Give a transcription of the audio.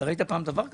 אתה ראית פעם דבר כזה?